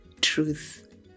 truth